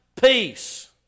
peace